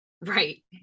Right